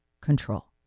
control